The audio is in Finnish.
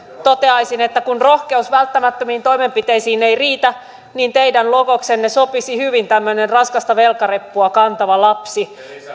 toteaisin että kun rohkeus välttämättömiin toimenpiteisiin ei riitä niin teidän logoksenne sopisi hyvin tämmöinen hyvin raskasta velkareppua kantava lapsi